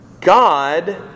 God